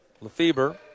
Lefebvre